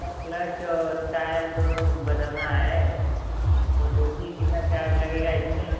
sir clutch और tyre दोनों बदलना है और देखिए कितना चार्ज लगेगा इसमें